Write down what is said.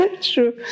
True